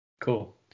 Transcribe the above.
Cool